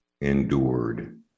Endured